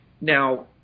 Now